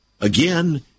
Again